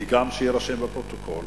גם כדי שיירשם בפרוטוקול,